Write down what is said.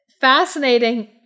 fascinating